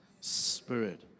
spirit